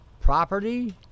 property